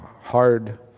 hard